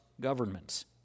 governments